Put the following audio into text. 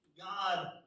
God